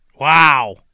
wow